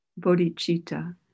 bodhicitta